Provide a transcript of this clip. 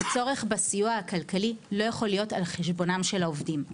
הצורך בסיוע הכלכלי לא יכול להיות על חשבונם של העובדים.